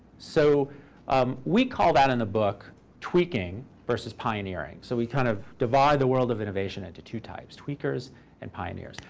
so um we call that in the book tweaking versus pioneering. so we kind of divide the world of innovation into two types tweakers and pioneers.